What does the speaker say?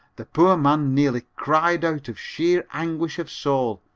the poor man nearly cried out of sheer anguish of soul,